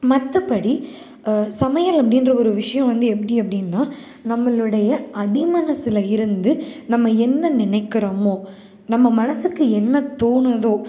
மற்றபடி சமையல் அப்படின்ற ஒரு விஷயம் எப்படி அப்படின்னா நம்மளுடைய அடி மனதில் இருந்து நம்ம என்ன நினைக்கிறோமோ நம்ம மனதுக்கு என்ன தோணுதோ